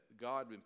God